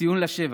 ציון לשבח,